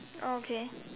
okay